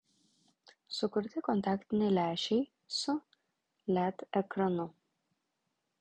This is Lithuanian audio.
sukurti kontaktiniai lęšiai su led ekranu